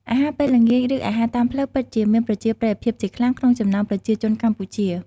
អាហារពេលល្ងាច ឬ អាហារតាមផ្លូវពិតជាមានប្រជាប្រិយភាពជាខ្លាំងក្នុងចំណោមប្រជាជនកម្ពុជា។